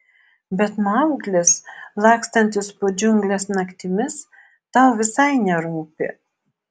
bet mauglis lakstantis po džiungles naktimis tau visai nerūpi